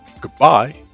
Goodbye